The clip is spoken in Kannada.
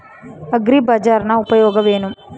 ಅಗ್ರಿಬಜಾರ್ ನ ಉಪಯೋಗವೇನು?